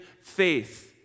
faith